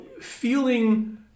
feeling